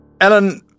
Ellen